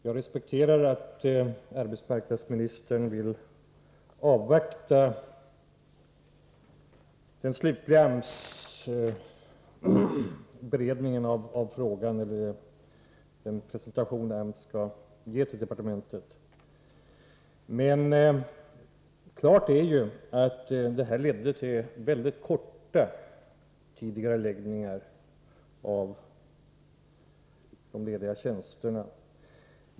Jag respekterar att arbetsmarknadsministern vill avvakta den slutliga rapport som AMS skall lämna till departementet, men klart är att det blev en mycket kort tidigareläggning av de lediga tjänsterna.